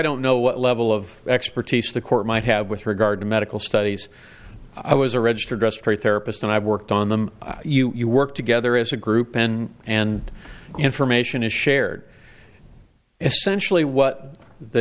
don't know what level of expertise the court might have with regard to medical studies i was a registered just for a therapist and i've worked on them you work together as a group and and information is shared essentially what the